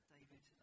David